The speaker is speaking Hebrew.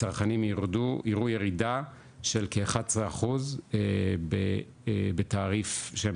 הצרכנים יראו ירידה של כ- 11% בתעריף שהם